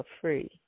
free